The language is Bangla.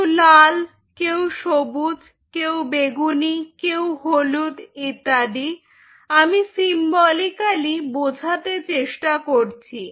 কেউ লাল কেউ সবুজ কেউ বেগুনি কেউ হলুদ ইত্যাদি আমি সিম্বলিকালি বোঝাতে চেষ্টা করছি